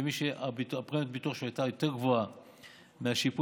ומי שפרמיית הביטוח שלו הייתה יותר גבוהה מהשיפוי